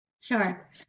Sure